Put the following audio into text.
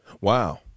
Wow